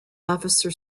officer